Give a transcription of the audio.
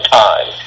time